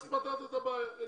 אז פתרת את הבעיה.